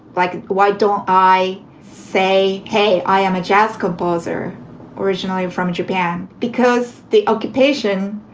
like, why don't i say, hey, i am a jazz composer originally from japan, because the occupation,